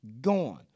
Gone